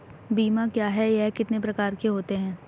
बीमा क्या है यह कितने प्रकार के होते हैं?